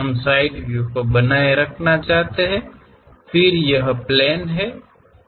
हम उस side view को बनाए रखना चाहते हैं फिर यही प्लेन है